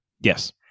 Yes